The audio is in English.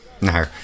No